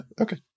Okay